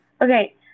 Okay